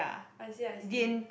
I see I see